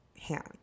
hand